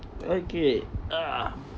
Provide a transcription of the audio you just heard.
okay ugh